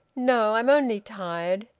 no. i'm only tired.